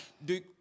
De